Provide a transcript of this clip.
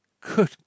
Good